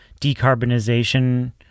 decarbonization